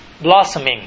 blossoming